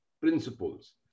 principles